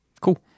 cool